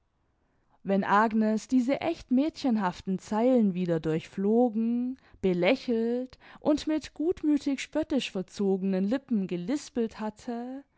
wenn agnes diese echt mädchenhaften zeilen wieder durchflogen belächelt und mit gutmüthig spöttisch verzogenen lippen gelispelt hatte